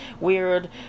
weird